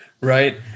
Right